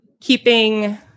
keeping